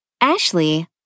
Ashley